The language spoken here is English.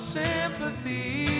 sympathy